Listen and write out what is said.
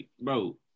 bro